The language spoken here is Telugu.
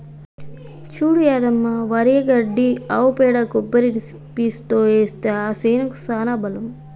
చూడు యాదమ్మ వరి గడ్డి ఆవు పేడ కొబ్బరి పీసుతో ఏస్తే ఆ సేనుకి సానా బలం